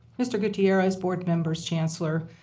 mr. gutierrez, board members, chancellor,